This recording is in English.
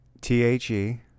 T-H-E